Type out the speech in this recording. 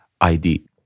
ID